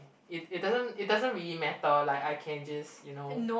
it it doesn't it doesn't really matter like I can just you know